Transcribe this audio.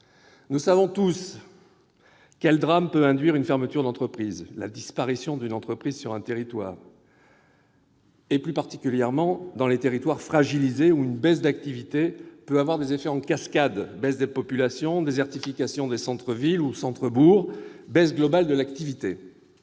Nous savons tous quel drame peuvent induire une fermeture d'entreprise et sa disparition, particulièrement dans les territoires fragilisés, où une baisse d'activité peut avoir des effets en cascade : baisse de la population, désertification des centres-villes ou centres-bourgs, baisse globale de l'activité